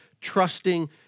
trusting